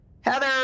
Heather